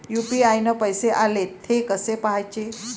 UPI न पैसे आले, थे कसे पाहाचे?